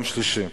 יום שלישי,